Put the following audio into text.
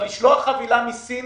אבל לשלוח חבילה מסין